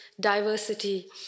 diversity